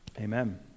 Amen